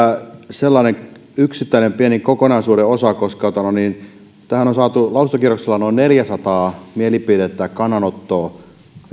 sellainen yksittäinen pieni kokonaisuuden osa koska tähän on saatu lausuntokierroksella noin neljäsataa mielipidettä kannanottoa